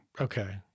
Okay